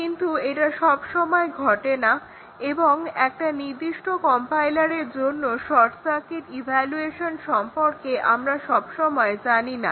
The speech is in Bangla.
কিন্তু এটা সব সময় ঘটে না এবং একটা নির্দিষ্ট কম্পাইলারের জন্য শর্ট সার্কিট ইভালুয়েশন সম্পর্কে আমরা সব সময় জানিনা